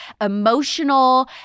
emotional